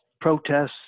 protests